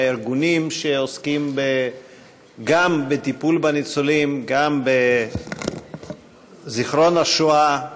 הארגונים שעוסקים בטיפול בניצולים וגם בזיכרון השואה.